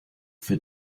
für